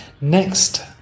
Next